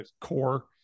core